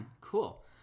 Cool